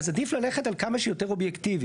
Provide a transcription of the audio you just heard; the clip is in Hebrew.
אז עדיף ללכת על כמה שיותר אובייקטיבי.